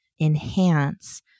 enhance